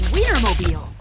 Wienermobile